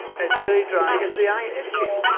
it's very dry. is the eye itchy?